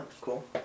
Cool